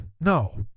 No